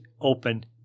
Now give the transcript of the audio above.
Open